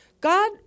God